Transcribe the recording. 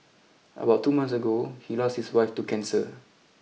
about two months ago he lost his wife to cancer